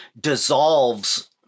dissolves